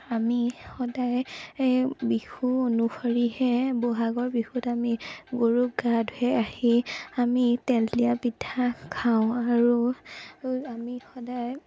আমি সদায় বিহু অনুসৰিহে বহাগৰ বিহুত আমি গৰুক গা ধুৱাই আহি আমি তেল দিয়া পিঠা খাওঁ আৰু ও আমি সদায়